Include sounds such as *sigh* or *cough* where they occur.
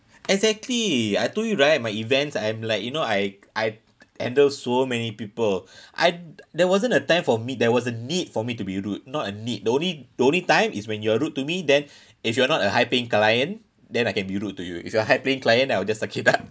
exactly I told you right my events I'm like you know I I and there was so many people *breath* I there wasn't a time for me there was a need for me to be rude not a need the only the only time is when you're rude to me then *breath* if you're not a high paying client then I can be rude to you if you're high paying client then I will just suck it up